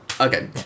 Okay